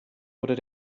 oder